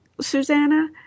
Susanna